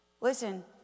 Listen